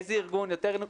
איזה ארגון יותר,